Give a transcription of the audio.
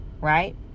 right